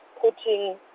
putting